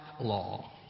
law